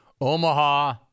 Omaha